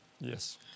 Yes